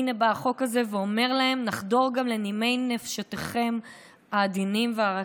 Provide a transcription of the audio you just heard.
הינה בא החוק הזה ואומר לנפגעים: נחדור גם לנימי נפשכם העדינים והרכים.